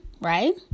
right